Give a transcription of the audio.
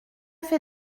fait